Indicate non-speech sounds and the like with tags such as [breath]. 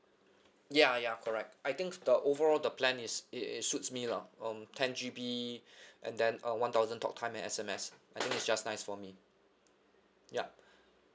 ya ya correct I think the overall the plan is it it suits me lah um ten G_B [breath] and then uh one thousand talk time and S_M_S I think it's just nice for me ya [breath]